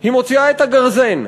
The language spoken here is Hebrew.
היא מוציאה את הגרזן.